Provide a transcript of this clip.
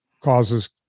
causes